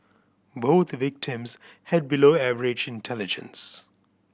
both victims had below average intelligence